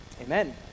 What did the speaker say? Amen